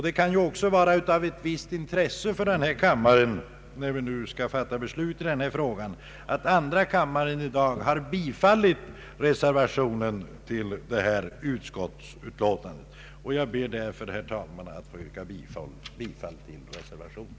Det kan också vara av ett visst intresse när vi nu i denna kammare skall fatta beslut i frågan att veta att andra kammaren tidigare i dag har bifallit reservationen. Jag ber, herr talman, att få yrka bifall till reservationen.